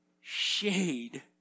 shade